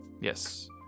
Yes